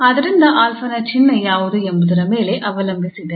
ಆದ್ದರಿಂದ 𝑎 ನ ಚಿಹ್ನೆ ಯಾವುದು ಎಂಬುದರ ಮೇಲೆ ಅವಲಂಬಿಸಿದೆ